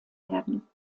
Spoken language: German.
werden